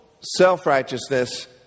self-righteousness